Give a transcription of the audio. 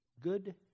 good